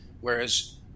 whereas